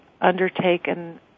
undertaken